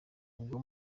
ubwo